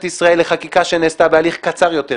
ישראל לחקיקה שנעשתה בהליך קצר יותר,